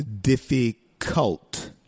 difficult